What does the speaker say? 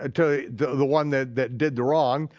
ah to the the one that that did the wrong,